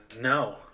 no